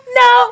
no